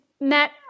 Matt